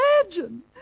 Imagine